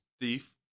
Thief